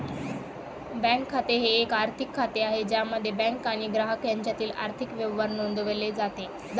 bank खाते हे एक आर्थिक खाते आहे ज्यामध्ये बँक आणि ग्राहक यांच्यातील आर्थिक व्यवहार नोंदवले जातात